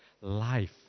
life